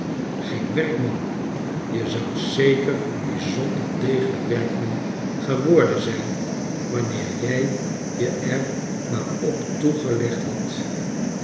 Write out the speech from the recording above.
g-een werkman je zoudt zekcr een bijzonder degelijk werkman geworden zijn wanneer jij je er maar op toegelegd hadi